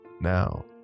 now